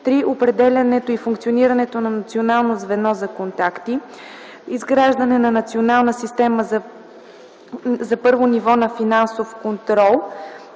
3. определянето и функционирането на Национално звено за контакт; 4. изграждането на национална система за първо ниво на финансов контрол;